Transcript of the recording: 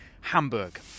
Hamburg